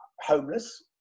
homeless